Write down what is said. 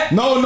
no